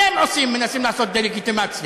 אתם מנסים לעשות דה-לגיטימציה.